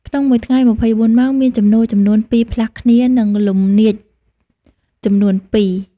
ក្នុងមួយថ្ងៃ ២៤ ម៉ោង មានជំនោរចំនួនពីរផ្លាស់គ្នា និងលំនាចចំនួនពីរ ។